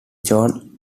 john